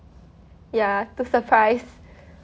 ya to surprise